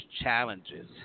challenges